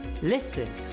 Listen